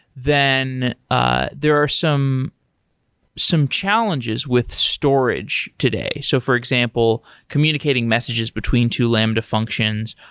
then ah there are some some challenges with storage today. so for example, communicating messages between two lambda functions,